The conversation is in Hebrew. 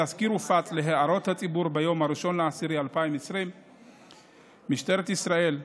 התסקיר הופץ להערות הציבור ב-1 באוקטובר 2020. משטרת ישראל,